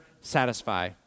satisfy